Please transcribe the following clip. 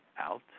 out